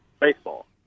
baseball